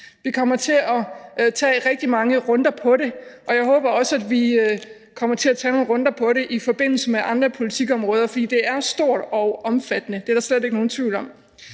Vi kommer til at tage rigtig mange runder på det, og jeg håber også, at vi kommer til at tage nogle runder på det i forbindelse med andre politikområder, fordi det er stort og omfattende; det er der slet ikke nogen tvivl om.